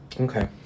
Okay